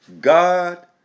God